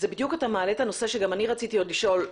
אתה מעלה את הנושא שגם אני רציתי לשאול.